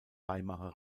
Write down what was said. weimarer